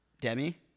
Demi